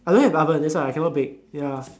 I don't have oven that is why I cannot bake ya